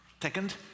Second